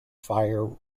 fire